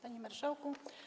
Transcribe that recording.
Panie Marszałku!